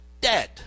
dead